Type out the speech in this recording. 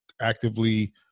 actively